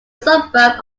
suburb